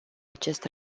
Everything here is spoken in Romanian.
acest